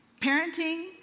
Parenting